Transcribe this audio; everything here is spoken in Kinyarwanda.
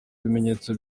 bimenyetso